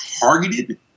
targeted